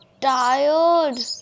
tired